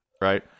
right